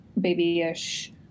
babyish